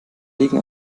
legen